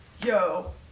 yo